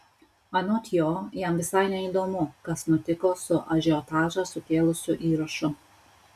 anot jo jam visai neįdomu kas nutiko su ažiotažą sukėlusiu įrašu